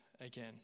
again